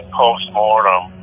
post-mortem